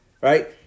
right